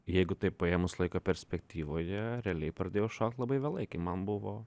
jeigu tai paėmus laiko perspektyvoje realiai pradėjau šokt labai vėlai kai man buvo